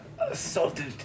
assaulted